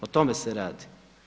O tome se radi.